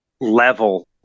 level